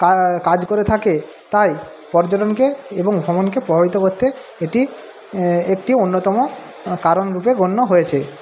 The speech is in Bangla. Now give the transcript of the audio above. কাজ করে থাকে তাই পর্যটনকে এবং ভ্রমণকে প্রভাবিত করতে এটি একটি অন্যতম কারণ রূপে গণ্য হয়েছে